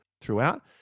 throughout